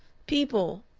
people,